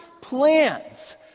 plans